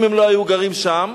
אם הם לא היו גרים שם,